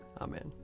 Amen